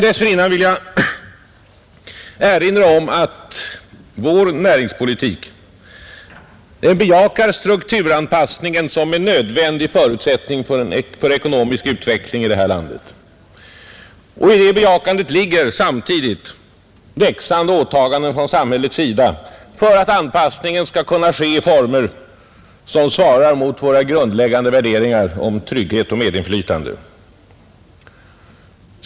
Dessförinnan vill jag erinra om att vår näringspolitik bejakar strukturanpassningen som en nödvändig förutsättning för ekonomisk utveckling i det här landet. I det bejakandet ligger samtidigt växande åtaganden från samhällets sida för att anpassningen skall kunna ske i former som svarar mot våra grundläggande värderingar om trygghet och medinflytande.